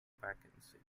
vacancy